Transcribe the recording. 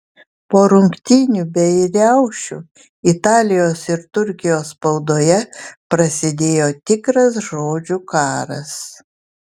po rungtynių bei riaušių italijos ir turkijos spaudoje prasidėjo tikras žodžių karas